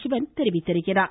சிவன் தெரிவித்துள்ளார்